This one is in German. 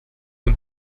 und